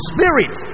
Spirit